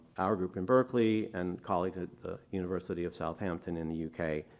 our group in berkeley and colleagues at the university of southampton in the u k.